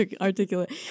articulate